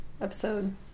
Episode